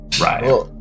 Right